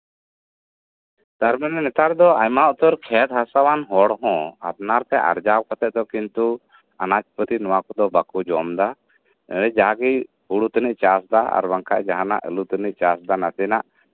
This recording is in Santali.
ᱛᱟᱨᱢᱟᱱᱮ ᱱᱮᱛᱟᱨ ᱫᱚ ᱟᱭᱢᱟ ᱩᱛᱟᱹᱨ ᱠᱷᱮᱛ ᱦᱟᱥᱟᱣᱟᱱ ᱦᱚᱲ ᱦᱚᱸ ᱟᱯᱱᱟᱨ ᱛᱮ ᱟᱨᱡᱟᱣ ᱠᱟᱛᱮᱫ ᱫᱚ ᱠᱤᱱᱛᱩ ᱟᱱᱟᱡ ᱯᱟᱹᱛᱤ ᱱᱚᱶᱟ ᱠᱚᱫᱚ ᱵᱟᱠᱚ ᱡᱚᱢ ᱮᱫᱟ ᱡᱟᱜᱜᱮ ᱦᱩᱲᱩ ᱛᱟᱹᱱᱤᱡ ᱮ ᱪᱟᱥ ᱮᱫᱟ ᱟᱨ ᱵᱟᱝᱠᱷᱟᱱ ᱡᱟᱦᱟᱱᱟᱜ ᱟᱹᱞᱩ ᱛᱟᱱᱤᱪ ᱪᱟᱥ ᱮᱫᱟ ᱱᱟᱥᱮ ᱱᱟᱜ